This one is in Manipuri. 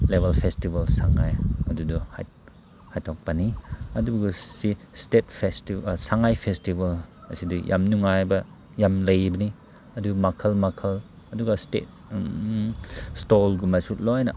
ꯂꯦꯕꯦꯜ ꯐꯦꯁꯇꯤꯕꯦꯜ ꯁꯉꯥꯏ ꯑꯗꯨꯗꯣ ꯍꯥꯏꯗꯣꯛꯄꯅꯤ ꯑꯗꯨꯒ ꯁꯤ ꯏꯁꯇꯦꯠ ꯁꯉꯥꯏ ꯐꯦꯁꯇꯤꯕꯦꯜ ꯑꯁꯤꯗꯤ ꯌꯥꯝ ꯅꯨꯡꯉꯥꯏꯕ ꯌꯥꯝ ꯂꯩꯕꯅꯤ ꯑꯗꯨ ꯃꯈꯜ ꯃꯈꯜ ꯑꯗꯨꯒ ꯏꯁꯇꯦꯠ ꯏꯁꯇꯣꯜꯒꯨꯝꯕꯁꯨ ꯂꯣꯏꯅ